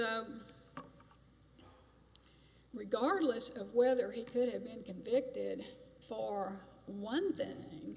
so regardless of whether he could have been convicted for one thing